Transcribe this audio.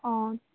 অঁ